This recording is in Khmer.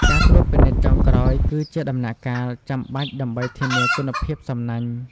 ការត្រួតពិនិត្យចុងក្រោយគឺជាដំណាក់កាលចាំបាច់ដើម្បីធានាគុណភាពសំណាញ់។